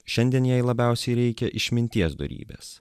šiandien jai labiausiai reikia išminties dorybės